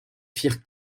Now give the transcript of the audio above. firent